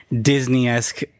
Disney-esque